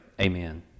Amen